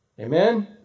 Amen